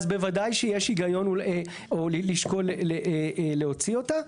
אז בוודאי שיש היגיון לשקול להוציא אותה.